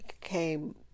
came